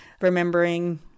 remembering